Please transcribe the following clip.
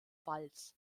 walz